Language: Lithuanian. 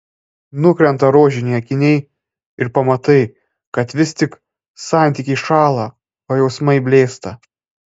nukrenta rožiniai akiniai ir pamatai kad vis tik santykiai šąla o jausmai blėsta